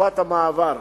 תקופת המעבר.